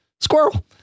Squirrel